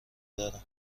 دارم